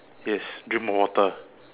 yes drink more water